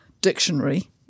dictionary